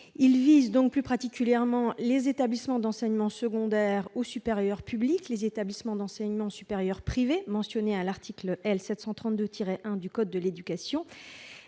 Il vise plus particulièrement les établissements d'enseignement secondaire ou supérieur publics, les établissements d'enseignement supérieur privés mentionnés à l'article L. 732-1 du code de l'éducation